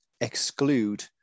exclude